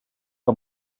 que